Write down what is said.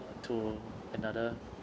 to another